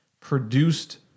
produced